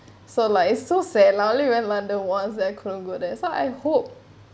so like it's so sad like I only went london once I couldn't go there so I hope